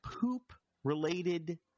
poop-related